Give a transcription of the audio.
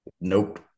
nope